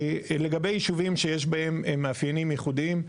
לגבי ישובים שיש בהם מאפיינים יחודיים.